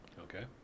Okay